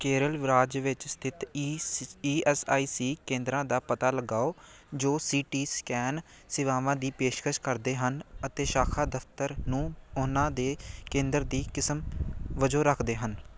ਕੇਰਲ ਰਾਜ ਵਿੱਚ ਸਥਿਤ E S E S I C ਕੇਂਦਰਾਂ ਦਾ ਪਤਾ ਲਗਾਓ ਜੋ ਸੀ ਟੀ ਸਕੈਨ ਸੇਵਾਵਾਂ ਦੀ ਪੇਸ਼ਕਸ਼ ਕਰਦੇ ਹਨ ਅਤੇ ਸ਼ਾਖਾ ਦਫ਼ਤਰ ਨੂੰ ਉਹਨਾਂ ਦੇ ਕੇਂਦਰ ਦੀ ਕਿਸਮ ਵਜੋਂ ਰੱਖਦੇ ਹਨ